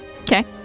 Okay